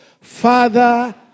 Father